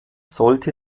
sollte